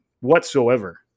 whatsoever